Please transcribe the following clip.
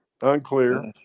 unclear